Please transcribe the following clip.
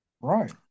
Right